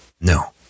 no